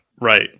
Right